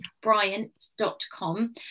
bryant.com